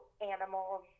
animals